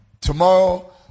tomorrow